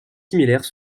similaires